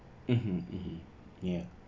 (uh huh) (uh huh) ya